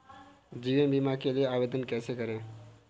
जीवन बीमा के लिए आवेदन कैसे करें?